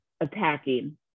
Attacking